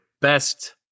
best